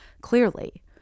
clearly